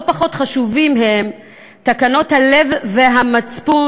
לא פחות חשובות הן תקנות הלב והמצפון,